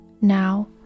Now